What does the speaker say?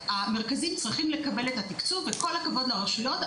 המרכזים צריכים להיות אלה שמקבלים את התקצוב ועם כל הכבוד לרשויות,